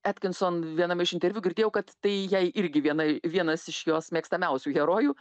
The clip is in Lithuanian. atkinson viename iš interviu girdėjau kad tai jai irgi viena vienas iš jos mėgstamiausių herojų